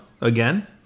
again